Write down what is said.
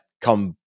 come